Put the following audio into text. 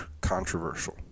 controversial